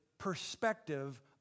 perspective